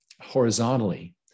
horizontally